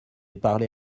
parlé